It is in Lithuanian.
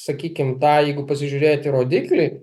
sakykim tą jeigu pasižiūrėt į rodiklį